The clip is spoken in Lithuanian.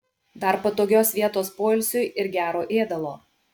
dar patogios vietos poilsiui ir gero ėdalo